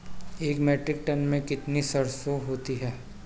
एक metric ton में कितनी सरसों होती है?